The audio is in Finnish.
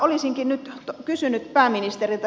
olisinkin nyt kysynyt pääministeriltä